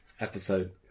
episode